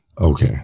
Okay